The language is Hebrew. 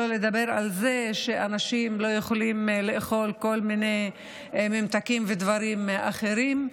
שלא לדבר על זה שאנשים לא יכולים לאכול כל מיני ממתקים ודברים אחרים.